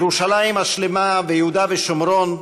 ירושלים השלמה ויהודה ושומרון,